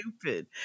Stupid